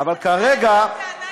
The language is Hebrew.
חבר הכנסת אמסלם,